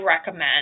recommend